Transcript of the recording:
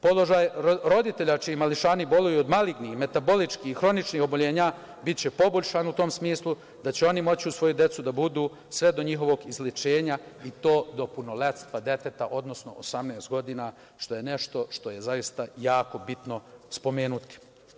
Položaj roditelja čiji mališani boluju od malignih, metaboličkih i hroničnih oboljenja biće poboljšan u tom smislu da će oni moći uz svoju decu da budu sve do njihovog izlečenja i to do punoletstva deteta, odnosno 18 godina, što je nešto što je zaista jako bitno spomenuti.